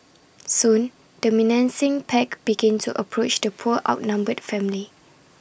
soon the menacing pack began to approach the poor outnumbered family